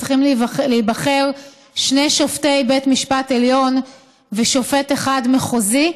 צריכים להיבחר שני שופטי בית משפט עליון ושופט אחד מחוזי,